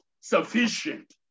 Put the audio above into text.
sufficient